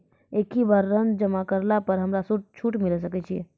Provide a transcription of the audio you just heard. एक ही बार ऋण जमा करला पर हमरा छूट मिले सकय छै?